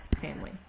family